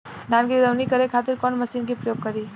धान के दवनी करे खातिर कवन मशीन के प्रयोग करी?